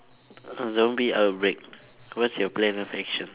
a zombie outbreak what's your plan of action